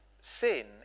Sin